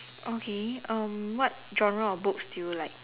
okay um what genre of books do you like